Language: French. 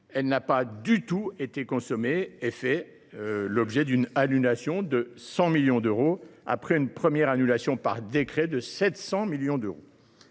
elle n’a pas du tout été consommée et fait l’objet d’une annulation de 100 millions d’euros, après une première annulation de 700 millions d’euros